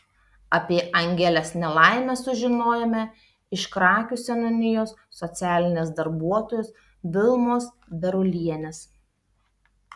apie angelės nelaimę sužinojome iš krakių seniūnijos socialinės darbuotojos vilmos berulienės